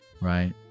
Right